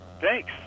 Thanks